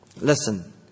Listen